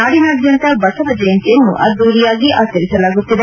ನಾಡಿನಾದ್ಖಂತ ಬಸವ ಜಯಂತಿಯನ್ನು ಅದ್ದೂರಿಯಾಗಿ ಆಚರಿಸಲಾಗುತ್ತಿದೆ